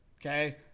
Okay